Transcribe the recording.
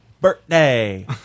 Birthday